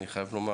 אני חייב לומר.